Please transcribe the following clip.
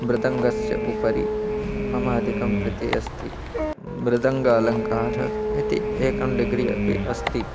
मृदङ्गस्य उपरि मम अधिकं प्रीतिः अस्ति मृदङ्गालङ्कारः इति एकं डिग्री अपि अस्ति